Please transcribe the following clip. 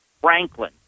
Franklin